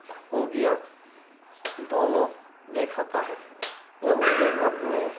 خوبیاں دونوں دکھاتا ہے یہ مجھے اپنے